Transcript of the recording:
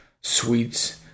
sweets